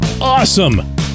awesome